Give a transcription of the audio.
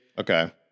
Okay